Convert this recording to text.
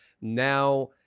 now